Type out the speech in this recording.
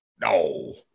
No